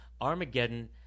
Armageddon